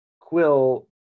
Quill